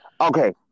Okay